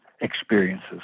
experiences